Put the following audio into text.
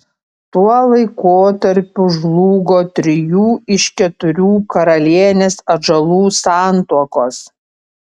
tuo laikotarpiu žlugo trijų iš keturių karalienės atžalų santuokos